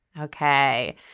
Okay